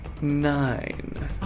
Nine